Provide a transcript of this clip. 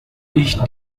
ich